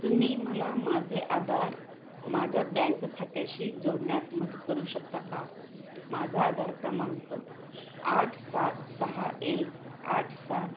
तुम्ही मला माझे आधार माझ्या बँक खात्याशी जोडण्यात मदत करू शकता का माझा आधार क्रमांक आठ सात सहा एक आठ सात